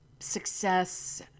success